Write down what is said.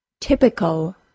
Typical